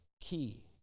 key